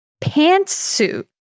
pantsuit